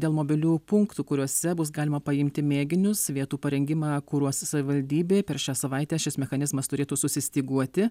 dėl mobiliųjų punktų kuriuose bus galima paimti mėginius vietų parengimą kuruos savivaldybėj per šią savaitę šis mechanizmas turėtų susistyguoti